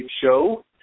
show